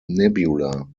nebula